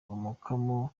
umukamo